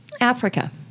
Africa